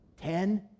Ten